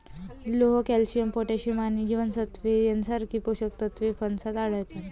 लोह, calcium, potassium आणि जीवनसत्त्वे यांसारखी पोषक तत्वे फणसात आढळतात